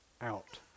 out